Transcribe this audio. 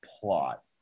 plot